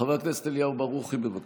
חבר הכנסת אליהו ברוכי, בבקשה.